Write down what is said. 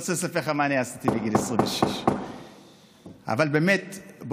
רוצה לספר לך מה אני עשיתי בגיל 26. באמת,